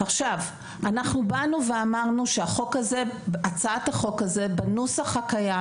אנחנו באנו ואמרנו שהצעת החוק הזו בנוסח הקיים